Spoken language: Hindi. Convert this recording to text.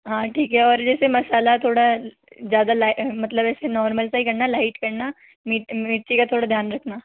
हाँ ठीक है और जैसे मसाला थोड़ा ज्यादा मतलब ऐसे नोर्मल सा ही करना लाइट करना मिर्ची का थोड़ा ध्यान रखना